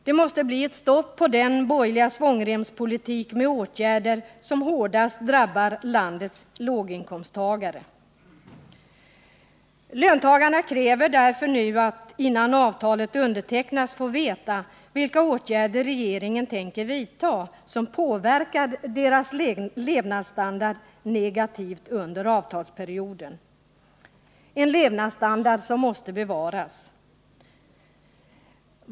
Det måste bli ett stopp för den borgerliga svångremspolitik, vars åtgärder hårdast drabbar landets låginkomsttagare. Löntagarna kräver därför att innan avtalet undertecknas få veta vilka åtgärder regeringen tänker vidta, som påverkar deras levnadsstandard negativt under avtalsperioden. Levnadsstandarden måste bevaras.